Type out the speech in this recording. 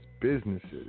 businesses